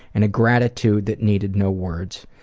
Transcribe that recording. and a gratitude that needed no words.